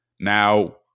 Now